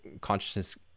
consciousness